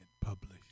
published